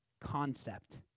concept